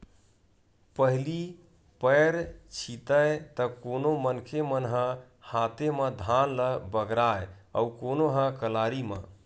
पहिली पैर छितय त कोनो मनखे मन ह हाते म धान ल बगराय अउ कोनो ह कलारी म